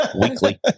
weekly